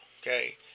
okay